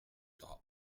drap